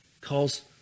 calls